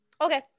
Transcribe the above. Okay